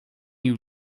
you